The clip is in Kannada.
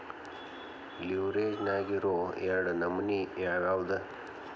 ಲಿವ್ರೆಜ್ ನ್ಯಾಗಿರೊ ಎರಡ್ ನಮನಿ ಯಾವ್ಯಾವ್ದ್?